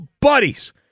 buddies